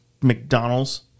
McDonald's